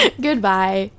Goodbye